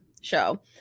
show